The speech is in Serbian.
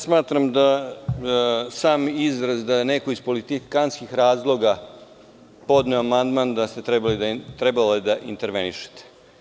Smatram da sam izraz da neko iz politikanskih razloga podnosi amandman, da je trebalo da intervenišete.